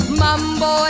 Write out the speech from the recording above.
mambo